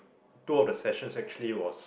two of sessions actually was